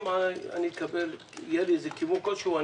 אם יהיה לי כיוון כלשהו,